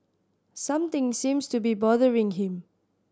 something seems to be bothering him